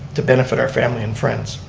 to benefit our family and friends.